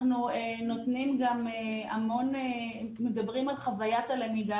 אנחנו גם המון מדברים על חוויית הלמידה,